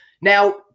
Now